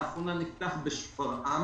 לאחרונה נפתח בשפרעם,